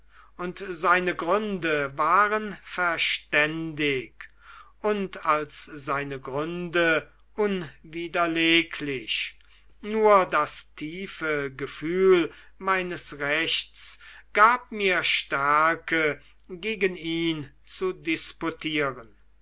und seine gründe waren verständig und als seine gründe unwiderleglich nur das tiefe gefühl meines rechts gab mir stärke gegen ihn zu disputieren